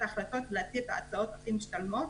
ההחלטות ולהציע את ההצעות הכי משתלמות.